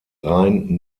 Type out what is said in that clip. rhein